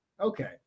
okay